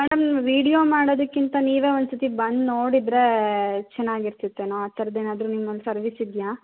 madam video ಮಾಡೋದಕ್ಕಿಂತ ನೀವೇ ಒಂದು ಸತಿ ಬಂದು ನೋಡಿದ್ದರೆ ಚೆನ್ನಾಗಿರ್ತಿತೇನೋ ಆ ಥರದ್ದು ಏನಾದರೂ ನಿಮ್ದೊಂದು ಸರ್ವಿಸ್ ಇದೆಯಾ